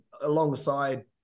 alongside